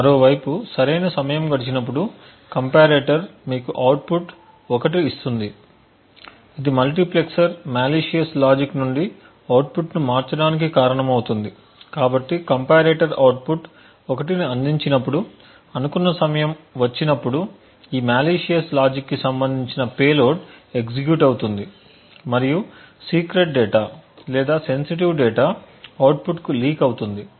మరోవైపు సరైన సమయం గడిచినప్పుడు కంపారేటర్ మీకు అవుట్పుట్ 1 ఇస్తుంది ఇది మల్టీప్లెక్సర్ మాలిసియస్ లాజిక్ నుండి అవుట్పుట్ ను మార్చడానికి కారణమవుతుంది కాబట్టి కంపారేటర్ అవుట్పుట్ 1 ను అందించినప్పుడు అనుకొన్న సమయం వచ్చినపుడు ఈ మాలిసియస్ లాజిక్ కి సంబంధించిన పేలోడ్ ఎగ్జిక్యూట్ అవుతుంది మరియు సీక్రెట్ డేటా లేదా సెన్సిటివ్ డేటా అవుట్పుట్ కు అవుతుంది